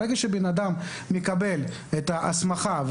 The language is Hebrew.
ברגע שבן אדם מקבל את ההסמכה,